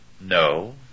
No